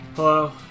Hello